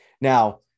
Now